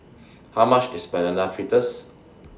How much IS Banana Fritters